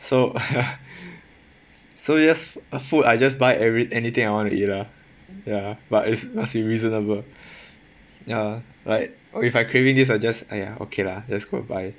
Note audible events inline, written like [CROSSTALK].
so [LAUGHS] so just food I just buy every~ anything I want to eat lah ya but must be reasonable [BREATH] ya like if I craving this I just !aiya! okay lah just go buy